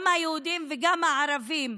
גם היהודים וגם הערבים,